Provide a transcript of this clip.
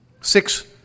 Six